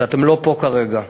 אתם לא פה כרגע,